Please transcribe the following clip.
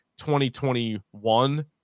2021